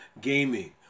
gaming